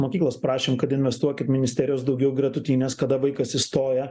mokyklos prašėm kad investuokit ministerijos daugiau į gretutines kada vaikas įstoja